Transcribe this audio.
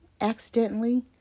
accidentally